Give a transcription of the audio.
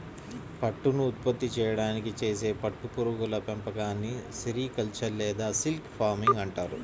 పట్టును ఉత్పత్తి చేయడానికి చేసే పట్టు పురుగుల పెంపకాన్ని సెరికల్చర్ లేదా సిల్క్ ఫార్మింగ్ అంటారు